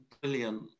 brilliant